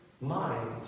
mind